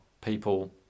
people